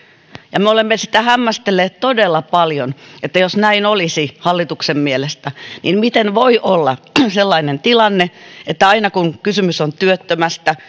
kaikille me olemme sitä hämmästelleet todella paljon että jos näin olisi hallituksen mielestä niin miten voi olla sellainen tilanne että aina kun kysymys on työttömästä